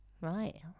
Right